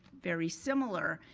very similar.